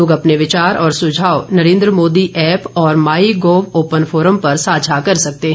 लोग अपने विचार और सुझाव Narendra Modi app my gov open forum पर साझा कर सकते हैं